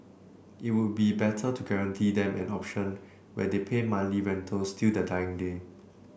it would be better to guarantee them an option where they pay monthly rentals till their dying day